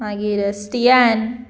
मागीर स्टियेन